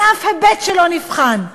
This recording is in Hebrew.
מאף היבט שלא נבחן: